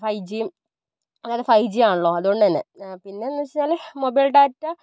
ഫൈജിയും അതായത് ഫൈജി ആണല്ലോ അതുകൊണ്ടുതന്നെ പിന്നെ എന്ന് വെച്ചാല് മൊബൈൽ ഡാറ്റ